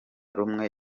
rumwe